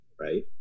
right